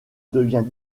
devient